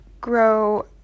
grow